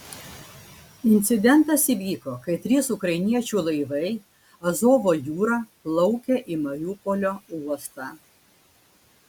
incidentas įvyko kai trys ukrainiečių laivai azovo jūra plaukė į mariupolio uostą